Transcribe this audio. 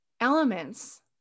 elements